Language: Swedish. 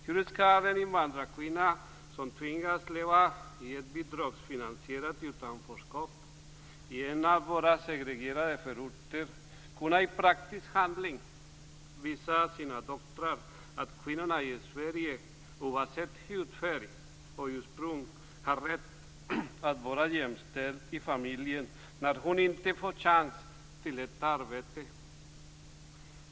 Hur skall en invandrad kvinna som tvingas leva i ett bidragsfinansierat utanförskap i en av våra segregerade förorter i praktisk handling kunna visa sina döttrar att kvinnorna i Sverige, oavsett hudfärg och ursprung, har rätt att vara jämställda i familjen när hon inte får en chans till arbete?